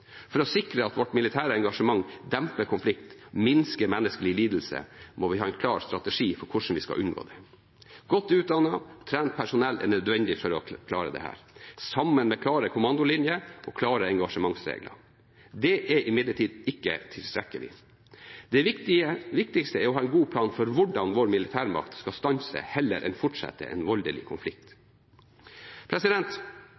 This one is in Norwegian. For å sikre at vårt militære engasjement demper konflikt og minsker menneskelig lidelse, må vi ha en klar strategi for hvordan vi skal unngå dette. Godt utdannet og trent personell er nødvendig for å klare dette, sammen med klare kommandolinjer og klare engasjementsregler. Dette er imidlertid ikke tilstrekkelig. Det viktigste er å ha en god plan for hvordan vår militærmakt skal stanse heller enn fortsette en voldelig